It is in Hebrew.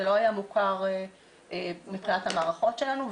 זה לא היה מוכר מבחינת המערכות שלנו.